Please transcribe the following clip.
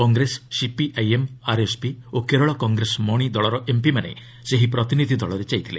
Congress CPIM RSP ଓ Kerala Congress Mani ଦଳର ଏମ୍ପିମାନେ ସେହି ପ୍ରତିନିଧି ଦଳରେ ଯାଇଥିଲେ